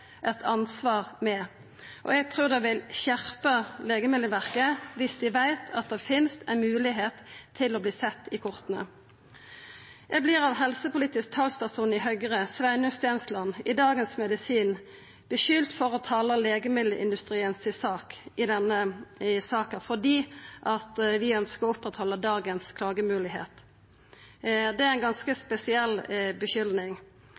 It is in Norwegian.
eit ansvar med. Eg trur det vil skjerpa Legemiddelverket viss dei veit at det finst ei moglegheit for at dei kan verta sett i korta. Eg vert av helsepolitisk talsperson i Høgre, Sveinung Stensland, i Dagens Medisin skulda for å tala legemiddelindustrien si sak i denne saka fordi vi ønskjer å oppretthalda dagens klagemoglegheit. Det er ei ganske